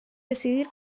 decidir